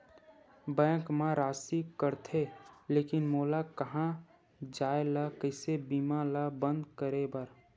Bank मा राशि कटथे लेकिन मोला कहां जाय ला कइसे बीमा ला बंद करे बार?